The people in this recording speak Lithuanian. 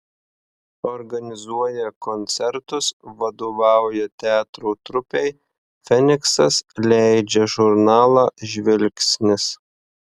organizuoja koncertus vadovauja teatro trupei feniksas leidžia žurnalą žvilgsnis